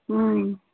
ம்